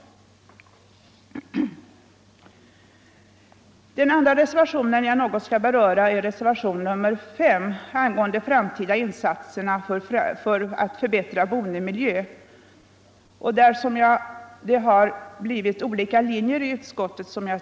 Nr 140 Den andra reservationen som jag något skall beröra är reservationen Onsdagen den 5 vid civilutskottets betänkande nr 36. Den gäller framtida insatser för 11 december 1974 att förbättra boendemiljön. Här har det alltså, som jag tidigare anförde, blivit olika linjer i utskottet.